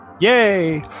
Yay